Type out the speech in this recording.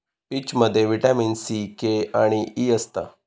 पीचमध्ये vitamin C, K आणि E असता